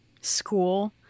school